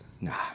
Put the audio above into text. Nah